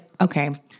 okay